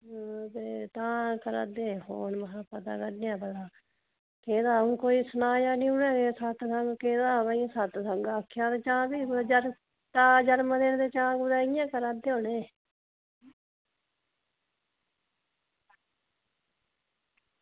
तां करा दे हे फोन में हां पता करने आं ते सनाया निं उनें भई सत्संग आक्खेआ ते जां भी जरमदिन दा जां भी पता निं केह्दा जा जरम दिन दा जां भी इंया करा दे होने